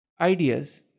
Ideas